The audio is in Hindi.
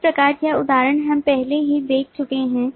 इस प्रकार यह उदाहरण हम पहले ही देख चुके हैं